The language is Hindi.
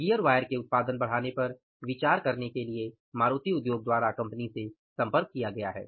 गियर वायर के उत्पादन बढ़ाने पर विचार करने के लिए मारुति उद्योग द्वारा कंपनी से संपर्क किया गया है